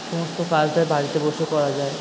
সমস্ত কাজটাই বাড়িতে বসেও করা যায়